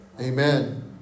Amen